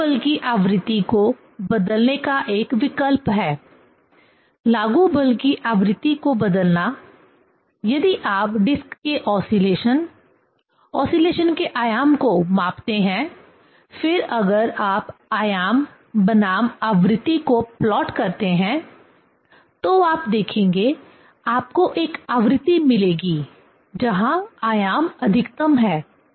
लागू बल की आवृत्ति को बदलने का एक विकल्प है लागू बल की आवृत्ति को बदलना यदि आप डिस्क के ओसीलेशन ओसीलेशन के आयाम को मापते हैं फिर अगर आप आयाम बनाम आवृत्ति को प्लॉट करते हैं तो आप देखेंगे आपको एक आवृत्ति मिलेगी जहां आयाम अधिकतम है